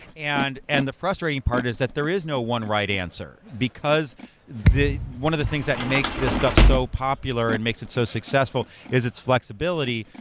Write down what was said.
and and the frustrating part is that there is no one right answer, because one of the things that makes this stuff so popular and makes it so successful is its flexibility,